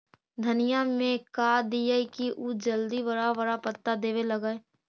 धनिया में का दियै कि उ जल्दी बड़ा बड़ा पता देवे लगै?